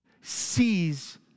sees